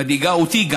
ומדאיגה גם אותי,